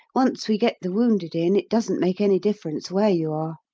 once we get the wounded in it doesn't make any difference where you are.